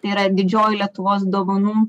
tai yra didžioji lietuvos dovanų